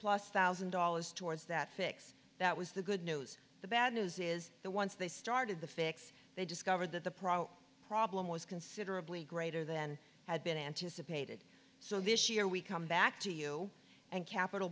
plus thousand dollars towards that fix that was the good news the bad news is that once they started the fix they discovered that the problem problem was considerably greater than had been anticipated so this year we come back to you and capital